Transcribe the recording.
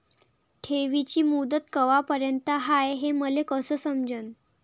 ठेवीची मुदत कवापर्यंत हाय हे मले कस समजन?